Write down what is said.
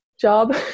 job